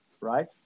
Right